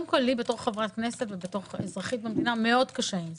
כחברת כנסת וכאזרחית במדינה קשה מאוד עם זה,